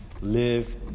Live